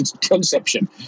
Conception